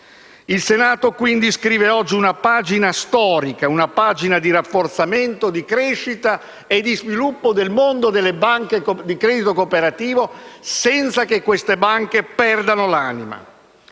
Il Senato, quindi, scrive oggi una pagina storica, una pagina di rafforzamento, di crescita e di sviluppo del mondo delle banche di credito cooperativo, senza che queste banche perdano l'anima.